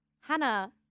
Hannah